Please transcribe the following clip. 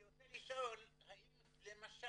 אני רוצה לשאול האם למשל,